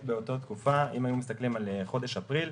ואם היינו מסתכלים על חודש אפריל,